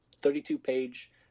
32-page